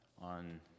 On